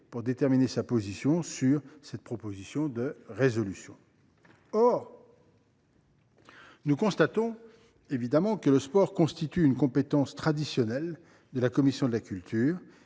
a déterminé sa position sur cette proposition de résolution. Or nous constatons que le sport constitue une compétence traditionnelle de la commission de la culture,